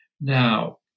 now